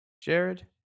Jared